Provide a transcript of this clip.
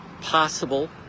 possible